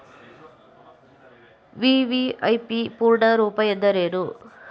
VVIP ಪೂರ್ಣ ರೂಪ ಎಂದರೇನು?